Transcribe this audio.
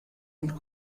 und